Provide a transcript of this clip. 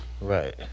Right